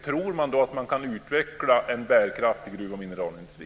Tror ni då att man kan utveckla en bärkraftig gruv och mineralindustri?